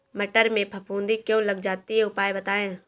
मटर में फफूंदी क्यो लग जाती है उपाय बताएं?